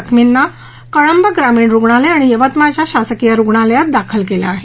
जखमींना कळंब ग्रामीण रुग्णालय आणि यवतमाळच्या शासकीय रुग्णालयात दाखल केलं आहे